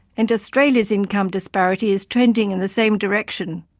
and australia's income disparity is trending in the same direction.